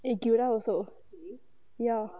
eh durla also ya